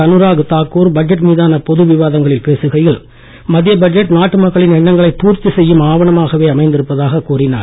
Anurag Thakur budget மீதான பொது விவாதங்களில் பேசுகையில் மத்திய பட்ஜெட் நாட்டு மக்களின் எண்ணங்களைப் பூர்த்தி செய்யும் ஆவணமாகவே அமைந்திருப்பதாக கூறினார்